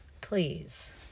please